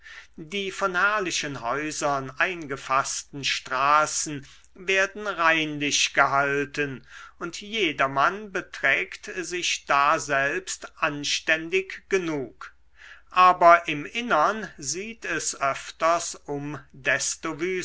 die von herrlichen häusern eingefaßten straßen werden reinlich gehalten und jedermann beträgt sich daselbst anständig genug aber im innern sieht es öfters um desto